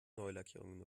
neulackierung